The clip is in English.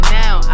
now